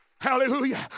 Hallelujah